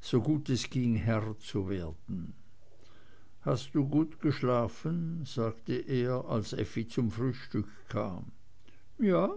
so gut es ging herr zu werden du hast gut geschlafen sagte er als effi zum frühstück kam ja